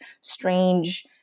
strange